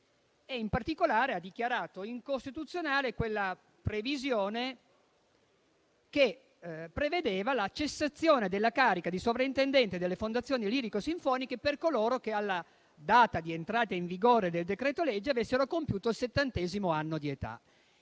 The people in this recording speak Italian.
In particolare, ha dichiarato incostituzionale la disposizione che prevedeva la cessazione della carica di sovrintendente delle fondazioni lirico-sinfoniche per coloro che alla data di entrata in vigore del decreto-legge, avessero compiuto il settantesimo anno di età.